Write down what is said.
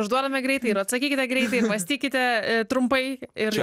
užduodame greitai ir atsakykite greitai mąstykite trumpai ir